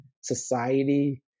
society